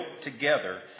together